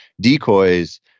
decoys